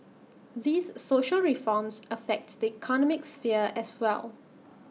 these social reforms affect the economic sphere as well